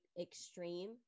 extreme